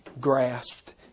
Grasped